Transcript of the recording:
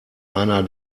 einer